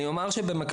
אני אומר שבמקביל,